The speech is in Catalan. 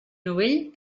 novell